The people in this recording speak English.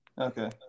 Okay